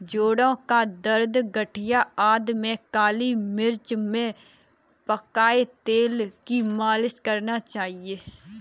जोड़ों का दर्द, गठिया आदि में काली मिर्च में पकाए तेल की मालिश करना चाहिए